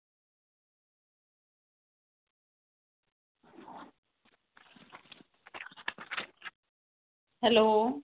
hello